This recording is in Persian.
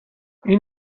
این